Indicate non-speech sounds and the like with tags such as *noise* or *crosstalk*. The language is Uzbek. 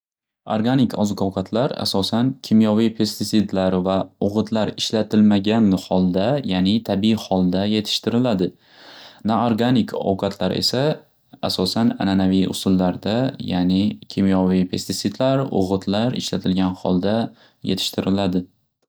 Arganik ozoq ovqatlar asosan kimyoviy *unintelligible* va o'g'itlar ishlatilmagan holda yani tabiiy holda yetishtiriladi. Naorganik ovqatlar esa asosan ananaviy usullarda yani kimyoviy *unintelligible* o'g'itlar ishlatilgan holda yetishtiriladi.